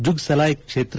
ಜುಗ್ ಸಲಾಯ್ ಕ್ಷೇತ್ರ